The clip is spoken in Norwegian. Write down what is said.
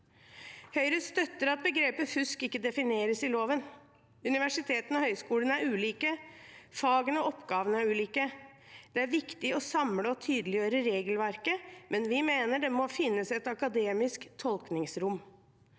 Høyre støtter at begrepet «fusk» ikke defineres i loven. Universitetene og høyskolene er ulike, fagene og oppgavene er ulike. Det er viktig å samle og tydeliggjøre regelverket, men vi mener det må finnes et akademisk tolkningsrom.